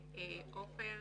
עפר,